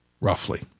roughly